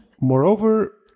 Moreover